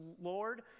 Lord